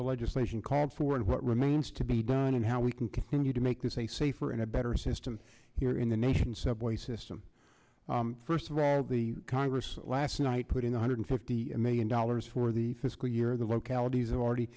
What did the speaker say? the legislation called for and what remains to be done and how we can continue to make this a safer and a better system here in the nation subway system first of all the congress last night put in one hundred fifty million dollars for the fiscal year the localities have already